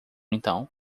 então